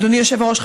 אדוני היושב-ראש,